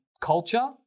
culture